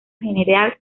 general